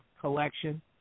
Collection